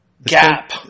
Gap